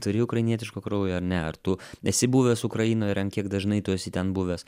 turi ukrainietiško kraujo ar ne ar tu esi buvęs ukrainoj ir an kiek dažnai tu esi ten buvęs